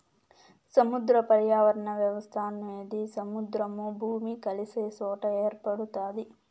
సముద్ర పర్యావరణ వ్యవస్థ అనేది సముద్రము, భూమి కలిసే సొట ఏర్పడుతాది